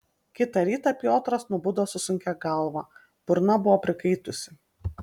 kitą rytą piotras nubudo su sunkia galva burna buvo prikaitusi